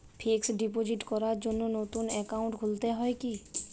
Fix deposit করার জন্য নতুন অ্যাকাউন্ট খুলতে হয় কী?